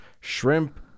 shrimp